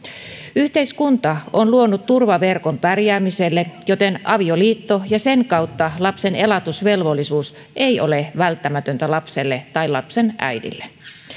yhteiskunta on luonut turvaverkon pärjäämiselle joten avioliitto ja sen kautta lapsen elatusvelvollisuus ei ole välttämätöntä lapselle tai lapsen äidille